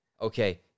Okay